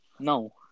No